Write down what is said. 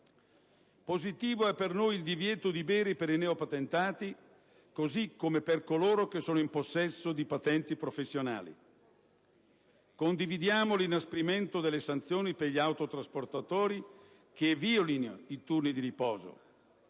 Positivo è per noi il divieto di bere per i neopatentati, così come per coloro che sono in possesso di patenti professionali. Condividiamo l'inasprimento delle sanzioni per gli autotrasportatori che violino i turni di riposo,